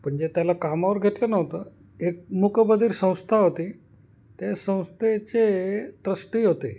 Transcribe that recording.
म्हणजे त्याला कामावर घेतलं नव्हतं एक मूकबधिर संस्था होती त्या संस्थेचे ट्रस्टी होते